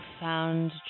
found